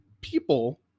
people